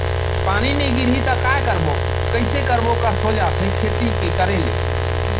पानी नई गिरही त काय करबो, कइसे करबो कस हो जाथे खेती के करे ले